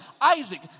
Isaac